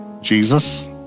Jesus